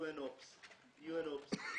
UN Oks. UN Oks רוכשים